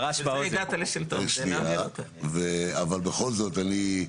אבל בכל זאת, אני,